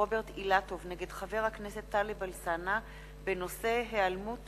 רוברט אילטוב נגד חבר הכנסת טלב אלסאנע בנושא: היעלמות